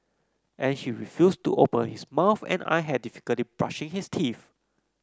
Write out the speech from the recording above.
and he refused to open his mouth and I had difficulty brushing his teeth